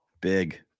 Big